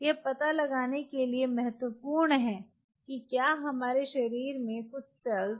यह पता लगाने के लिए महत्वपूर्ण है कि क्यों हमारे शरीर में कुछ सेल्स